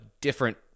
different